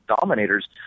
dominators